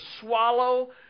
swallow